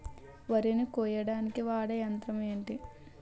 వరి ని కోయడానికి వాడే యంత్రం ఏంటి?